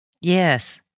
Yes